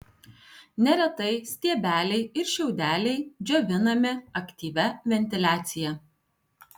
neretai stiebeliai ir šiaudeliai džiovinami aktyvia ventiliacija